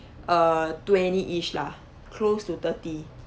err twentyish lah close to thirty